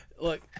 Look